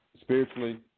spiritually